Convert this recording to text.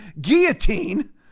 guillotine